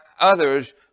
others